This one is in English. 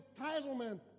entitlement